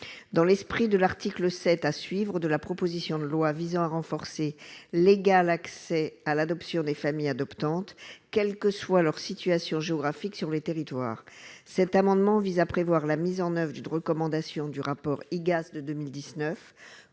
dans l'esprit de l'article 7 à suivre de la proposition de loi visant à renforcer l'égal accès à l'adoption des familles adoptantes, quelle que soit leur situation géographique sur le territoire, cet amendement vise à prévoir la mise en oeuvre d'une recommandation du rapport IGAS de 2019,